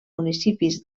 municipis